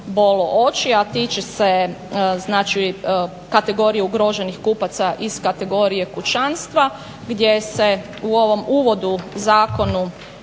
bolo oči, a tiče se znači kategorije ugroženih kupaca iz kategorije kućanstva gdje se u ovom uvodu zakona